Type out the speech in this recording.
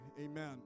Amen